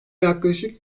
yaklaşık